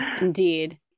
Indeed